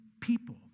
people